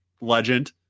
legend